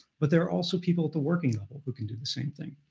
but there are also people at the working level who can do the same thing.